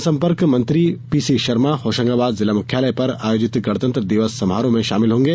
जनसंपर्क मंत्री पीसीशर्मा होशंगाबाद जिला मुख्यालय पर आयोजित गणतंत्र दिवस समारोह में शामिल होगें